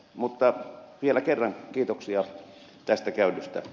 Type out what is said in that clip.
mutta vielä kerran kiitoksia tästä käydystä